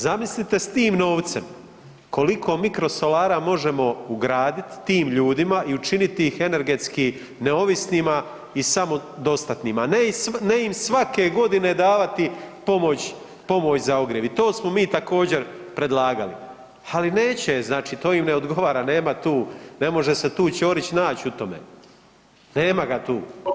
Zamislite s tim novcem koliko mikrosolara možemo ugradit tim ljudima i učinit ih energetski neovisnima i samodostatnima, ne im svake godine davati pomoć, pomoć za ogrjev i to smo mi također predlagali, ali neće, znači to im ne odgovara, nema tu, ne može se tu Ćorić nać u tome, nema ga tu.